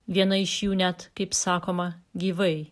viena iš jų net kaip sakoma gyvai